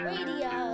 Radio